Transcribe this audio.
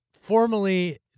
formally